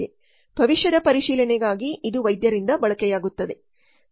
ಭವಿಷ್ಯದ ಪರಿಶೀಲನೆಗಾಗಿ ಇದು ವೈದ್ಯರಿಂದ ಬಳಕೆಯಾಗುತ್ತದೆ